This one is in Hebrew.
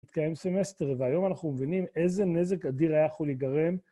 מתקיים סמסטר, והיום אנחנו מבינים איזה נזק אדיר היה יכול להגרם.